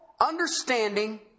understanding